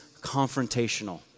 confrontational